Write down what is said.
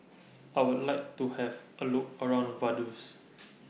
I Would like to Have A Look around Vaduz